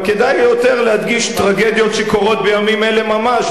אבל כדאי יותר להדגיש טרגדיות שקורות בימים אלה ממש,